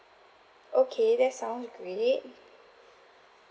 okay that sounds great